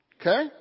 Okay